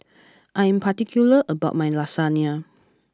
I am particular about my Lasagne